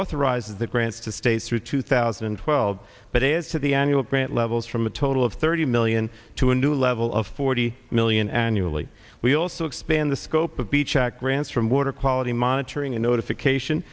reauthorize the grants to states through two thousand and twelve but as to the annual grant levels from a total of thirty million to a new level of forty million annually we also expand the scope of the check grants from water quality monitoring and notification